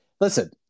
listen